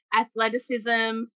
athleticism